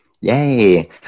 Yay